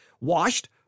washed